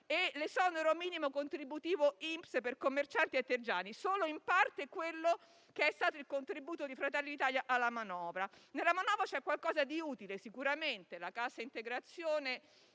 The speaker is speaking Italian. e all'esonero minimo contributivo INPS per commercianti e artigiani: solo una parte di quello che è stato il contributo di Fratelli d'Italia alla manovra. Nella manovra c'è qualcosa di utile, sicuramente: la proroga della cassa integrazione